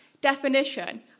definition